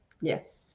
Yes